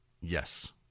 Yes